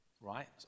right